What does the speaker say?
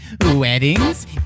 weddings